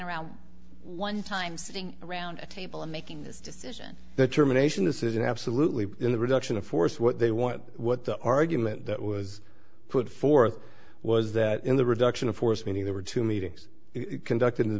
around one time sitting around a table and making this decision that germination decision absolutely in the reduction of force what they want what the argument that was put forth was that in the reduction of force meaning there were two meetings conducted in the